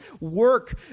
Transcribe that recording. work